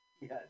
Yes